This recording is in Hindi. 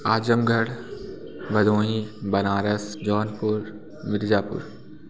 आजमगढ़ भदोही बनारस जौनपुर मिर्जापुर